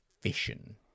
fission